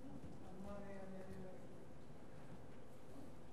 ההצעה להעביר את